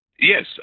Yes